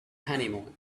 honeymoon